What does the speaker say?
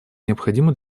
необходима